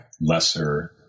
lesser